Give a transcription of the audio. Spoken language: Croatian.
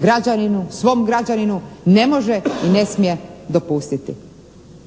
građaninu, svom građaninu ne može i ne smije dopustiti.